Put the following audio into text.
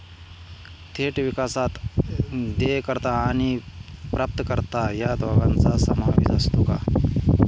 थेट विकासात देयकर्ता आणि प्राप्तकर्ता या दोघांचा समावेश असतो का?